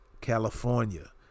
california